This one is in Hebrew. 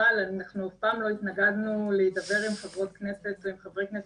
אבל אנחנו אף פעם לא התנגדנו להידבר עם חברות כנסת ועם חברי כנסת.